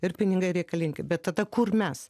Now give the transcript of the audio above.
ir pinigai reikalingi bet tada kur mes